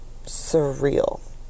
surreal